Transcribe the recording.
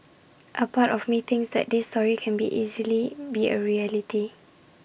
A part of me thinks these stories can easily be A reality